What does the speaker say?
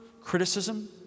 criticism